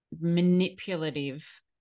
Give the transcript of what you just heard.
manipulative